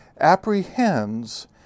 apprehends